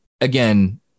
Again